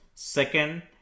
Second